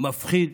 ומפחיד